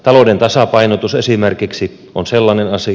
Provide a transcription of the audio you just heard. talouden tasapainotus esimerkiksi on sellainen asia